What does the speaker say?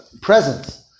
presence